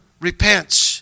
repents